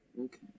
Okay